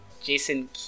Jason